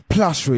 Plus